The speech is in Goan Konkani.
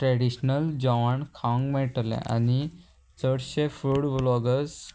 ट्रेडिशनल जेवण खावंक मेळटलें आनी चडशे फूड ब्लॉगर्स